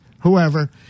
whoever